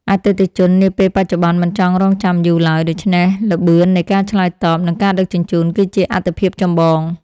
អតិថិជននាពេលបច្ចុប្បន្នមិនចង់រង់ចាំយូរឡើយ ដូច្នេះល្បឿននៃការឆ្លើយតប និងការដឹកជញ្ជូនគឺជាអាទិភាពចម្បង។